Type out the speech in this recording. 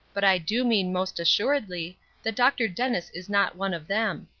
but i do mean most assuredly that dr. dennis is not one of them.